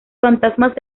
fantasmas